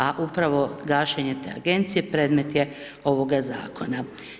A upravo gašenje te agencije predmet je ovoga zakona.